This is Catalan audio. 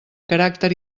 caràcter